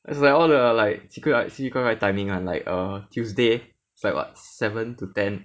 it's like all the like 几个 like see 各人 timing [one] like uh tuesday is like what seven to ten